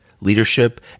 leadership